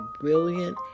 brilliant